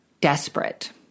desperate